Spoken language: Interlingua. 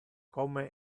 como